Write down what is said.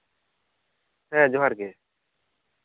ᱦᱮᱸ ᱡᱚᱦᱟᱨ ᱜᱮ